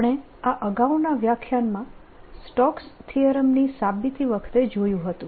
આપણે આ અગાઉના વ્યાખ્યાનમાં સ્ટોક્સ થીયરમ Stokes' theorem ની સાબિતી વખતે જોયું હતું